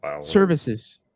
Services